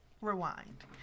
rewind